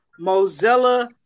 Mozilla